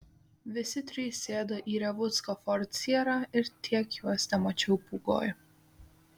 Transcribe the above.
visi trys sėdo į revucko ford sierra ir tiek juos temačiau pūgoj